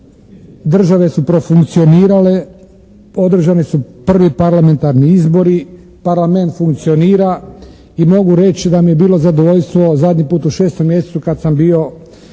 države su profunkcionirale, održani su prvi parlamentarni izbori, Parlament funkcionira i mogu reći da mi je bilo zadovoljstvo zadnji put u 6. mjesecu kad sam bio